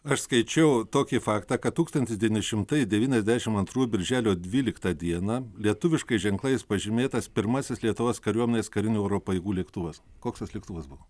aš skaičiau tokį faktą kad tūkstantis devyni šimtai devyniasdešim antrųjų birželio dvyliktą dieną lietuviškais ženklais pažymėtas pirmasis lietuvos kariuomenės karinių oro pajėgų lėktuvas koks tas lėktuvas buvo